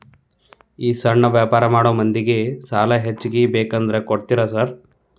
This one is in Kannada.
ಈ ಸಣ್ಣ ವ್ಯಾಪಾರ ಮಾಡೋ ಮಂದಿಗೆ ಸಾಲ ಹೆಚ್ಚಿಗಿ ಬೇಕಂದ್ರ ಕೊಡ್ತೇರಾ ಸಾರ್?